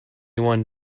one